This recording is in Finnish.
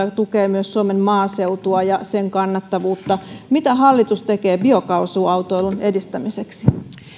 ja tukee myös suomen maaseutua ja sen kannattavuutta mitä hallitus tekee biokaasuautoilun edistämiseksi